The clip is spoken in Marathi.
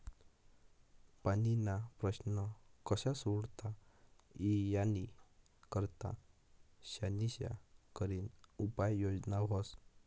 पाणीना प्रश्न कशा सोडता ई यानी करता शानिशा करीन उपाय योजना व्हस